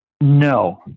No